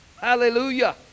Hallelujah